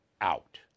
out